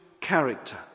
character